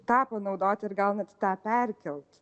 tą panaudot ir gal net tą perkelt